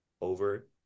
over